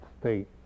state